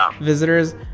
visitors